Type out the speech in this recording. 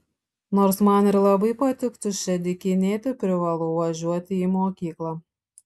nors man ir labai patiktų čia dykinėti privalau važiuoti į mokyklą